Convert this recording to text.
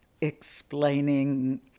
explaining